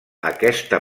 aquesta